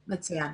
מצוין.